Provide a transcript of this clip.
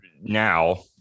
Now